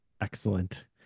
excellent